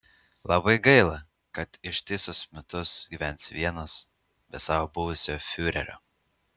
labai gaila kad ištisus metus gyvensi vienas be savo buvusio fiurerio